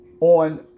on